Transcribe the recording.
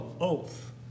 oath